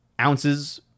ounces